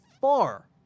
far